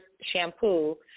shampoo